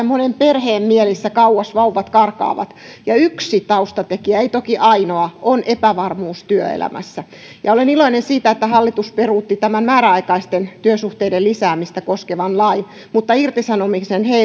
monen perheen mielessä kauas vauvat karkaavat ja yksi taustatekijä ei toki ainoa on epävarmuus työelämässä olen iloinen siitä että hallitus peruutti määräaikaisten työsuhteiden lisäämistä koskevan lain mutta irtisanomisen